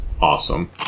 awesome